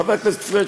חבר הכנסת פריג',